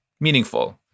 meaningful